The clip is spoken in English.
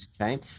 Okay